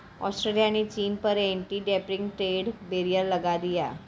Australia ने चीन पर एंटी डंपिंग ट्रेड बैरियर लगा दिया